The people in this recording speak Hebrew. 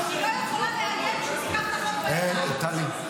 למה --- בקריאה.